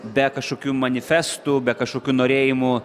be kažkokių manifestų be kažkokių norėjimų